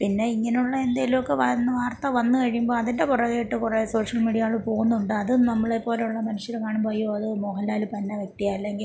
പിന്നെ ഇങ്ങനുള്ള എന്തേലൊക്കെ വന്ന് വാർത്ത വന്ന് കഴിയുമ്പോൾ അതിൻ്റെ പുറകെ ഇട്ട് കുറെ സോഷ്യൽ മീഡിയകൾ പോവുന്നുണ്ട് അത് നമ്മളെ പോലുള്ള മനുഷ്യർ കാണുമ്പോൾ അയ്യോ അത് മോഹൻലാൽ പന്ന വ്യക്തിയാണ് അല്ലെങ്കിൽ